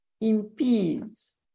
impedes